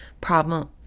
problem